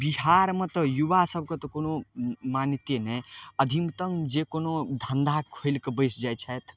बिहारमे तऽ युवासभके तऽ कोनो मान्यते नहि अधिकतम जे कोनो धन्धा खोलिके बैसि जाइ छथि